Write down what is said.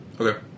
okay